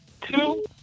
Two